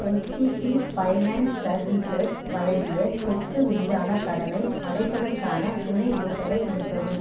HDB finance services வழங்கிய சொத்து மீதான கடனை அடைப்பதற்கான நினைவூட்டலை நீக்கவும்